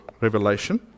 Revelation